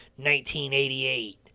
1988